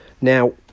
Now